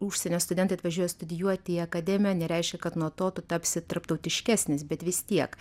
užsienio studentai atvažiuoja studijuoti į akademiją nereiškia kad nuo to tu tapsi tarptautiškesnis bet vis tiek